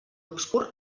obscur